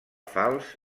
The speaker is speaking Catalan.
falç